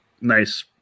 nice